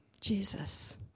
Jesus